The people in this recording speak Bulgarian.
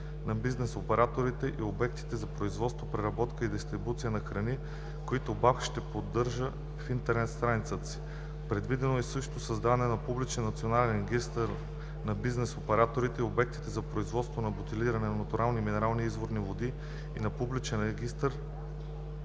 на бизнес операторите и обектите за производство, преработка и дистрибуция на храни, който БАБХ ще поддържа на интернет страницата си. Предвидено е също създаването на публичен национален регистър на бизнес операторите и обектите за производство на бутилирани натурални минерални и изворни води и на публичен регистър